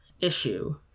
issue